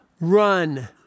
run